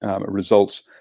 results